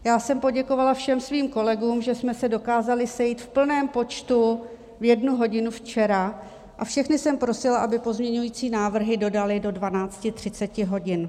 Já jsem poděkovala všem svým kolegům, že jsme se dokázali sejít v plném počtu v jednu hodinu včera, a všechny jsem prosila, aby pozměňující návrhy dodali do 12.30 hodin.